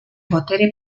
botere